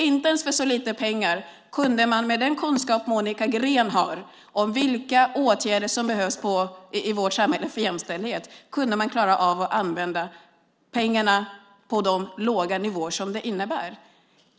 Inte ens för så lite pengar kunde man med den kunskap Monica Green har om vilka åtgärder för jämställdhet som behövs i vårt samhälle klara av att använda pengarna på de låga nivåer som det innebär.